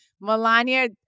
Melania